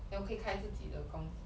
the 我可以开自己的公司